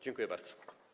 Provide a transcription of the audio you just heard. Dziękuję bardzo.